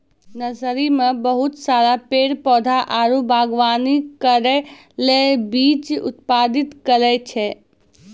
nursery मे बहुत सारा पेड़ पौधा आरु वागवानी करै ले बीज उत्पादित करै छै